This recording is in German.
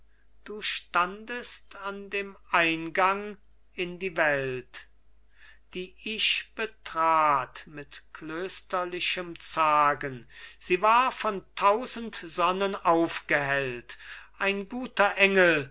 du standest an dem eingang in die welt die ich betrat mit klösterlichem zagen sie war von tausend sonnen aufgehellt ein guter engel